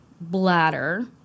bladder